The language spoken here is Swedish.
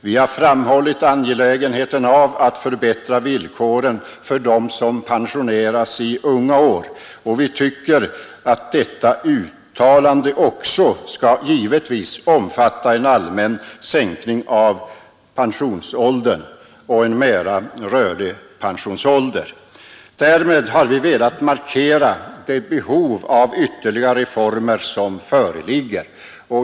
Vi har framhållit angelägenheten av att förbättra villkoren för dem som pensioneras i unga år, och vi tycker att detta uttalande också skall omfatta en allmän sänkning av pensionsåldern och en mera rörlig pensionsålder. Därmed har vi velat markera det behov av ytterligare reformer som föreligger.